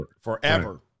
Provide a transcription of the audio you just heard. forever